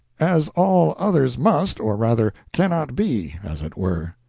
as all others must, or rather, cannot be, as it were.